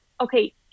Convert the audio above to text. Okay